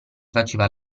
faceva